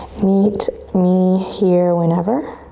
meet me here whenever.